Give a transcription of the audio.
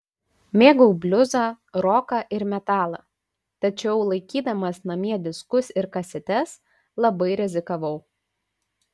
mėgau bliuzą roką ir metalą tačiau laikydamas namie diskus ir kasetes labai rizikavau